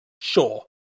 Sure